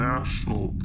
National